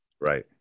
Right